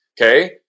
Okay